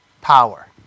power